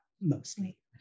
mostly